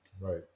Right